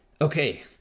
okay